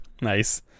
nice